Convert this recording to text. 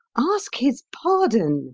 ask his pardon